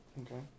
Okay